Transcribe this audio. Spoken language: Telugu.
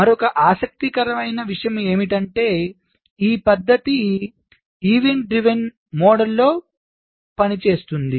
మరొక ఆసక్తికరమైన విషయం ఏమిటంటే ఈ పద్ధతి ఈవెంట్ డ్రీవన్ మోడ్లో పనిచేస్తుంది